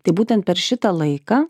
tai būtent per šitą laiką